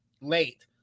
late